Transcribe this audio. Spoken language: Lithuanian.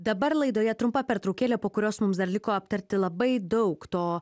dabar laidoje trumpa pertraukėlė po kurios mums dar liko aptarti labai daug to